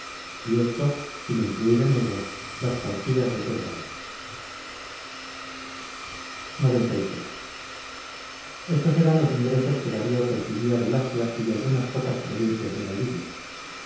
y esto sin incluir en ella las partidas de quebrados xcvi estos eran los ingresos que darío percibía del asia y de algunas pocas provincias de la libia